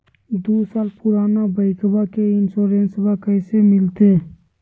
दू साल पुराना बाइकबा के इंसोरेंसबा कैसे मिलते?